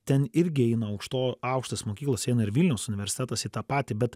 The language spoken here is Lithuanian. ten irgi eina aukšto aukštos mokyklos eina ir vilniaus universitetas į tą patį bet